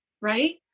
right